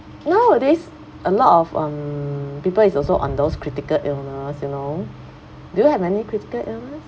nowadays a lot of um people is also on those critical illness you know do you have any critical illness